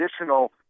additional